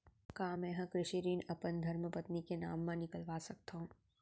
का मैं ह कृषि ऋण अपन धर्मपत्नी के नाम मा निकलवा सकथो?